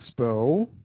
Expo